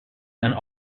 and